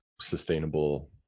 sustainable